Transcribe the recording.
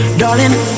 darling